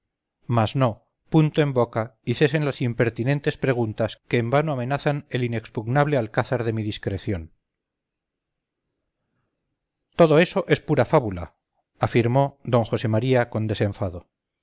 mas no punto en boca y cesen las impertinentes preguntas que en vano amenazan el inexpugnable alcázar de mi discreción todo eso es pura fábula afirmó d josé maría con desenfado